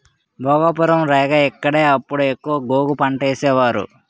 భోగాపురం, రేగ ఇక్కడే అప్పుడు ఎక్కువ గోగు పంటేసేవారు